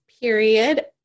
period